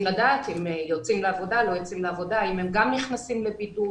לדעת אם יוצאים לעבודה או לא יוצאים לעבודה והאם גם הם נכנסים לבידוד.